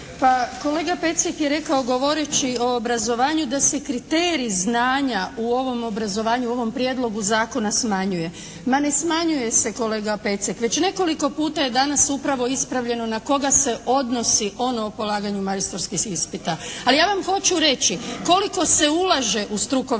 Pa kolega Pecek je rekao govoreći o obrazovanju da se kriterij znanja u ovom obrazovanju, u ovom prijedlogu zakona smanjuje. Ma ne smanjuje se kolega Pecek. Već nekoliko puta je danas upravo ispravljeno na koga odnosi ono o polaganju majstorskih ispita. Ali ja vam hoću reći koliko se ulaže u strukovno